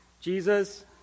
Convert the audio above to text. Jesus